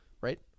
right